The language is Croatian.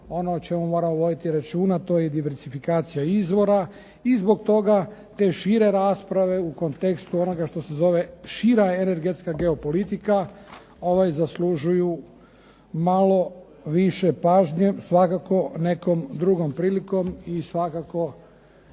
ono o čemu moramo voditi računa to je i diversifikacija izvora, i zbog toga te šire rasprave u kontekstu onoga što se zove šira energetska geopolitika zaslužuju malo više pažnje, svakako nekom drugom prilikom i svakako